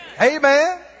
Amen